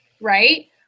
right